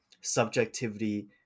subjectivity